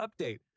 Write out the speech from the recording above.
update